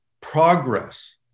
progress